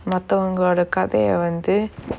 மத்தவங்களோட கதய வந்து:mathavangaloda kathaya vanthu